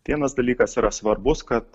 vienas dalykas yra svarbus kad